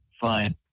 fine